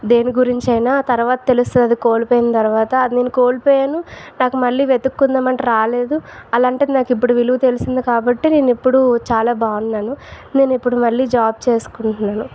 దేని గురించి అయిన తర్వాత తెలుస్తాది కోల్పోయిన తర్వాత అది నేను కోల్పోయాను నాకు మళ్ళి వేతుకుందామంటే రాలేదు అలాంటిది నాకిపుడు విలువ తెలిసింది కాబట్టి నేనిపుడు చాలా బాగున్నాను నేనిపుడు మళ్ళి జాబ్ చేసుకుంటున్నాను